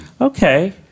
Okay